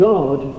God